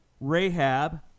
Rahab